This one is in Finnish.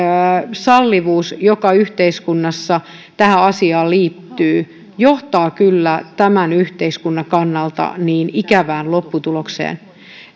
sallivuus joka yhteiskunnassa tähän asiaan liittyy johtaa kyllä tämän yhteiskunnan kannalta ikävään lopputulokseen